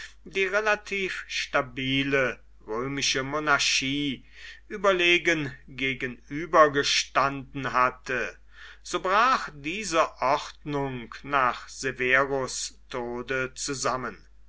die relativ stabile römische monarchie überlegen gegenübergestanden hatte so brach diese ordnung nach severus tode zusammen